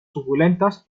suculentas